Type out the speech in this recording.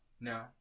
No